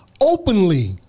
openly